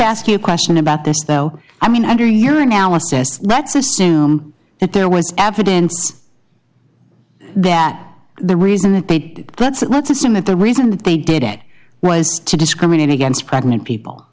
ask you a question about this though i mean under you're now assessed let's assume that there was evidence that the reason that they did that's it let's assume that the reason that they did it was to discriminate against pregnant people